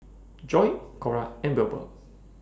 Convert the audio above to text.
Joi Cora and Wilbur